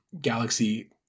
galaxy